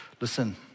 Listen